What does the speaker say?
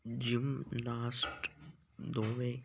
gymnast ਦੋਵੇਂ